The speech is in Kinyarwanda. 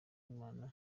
imana